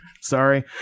Sorry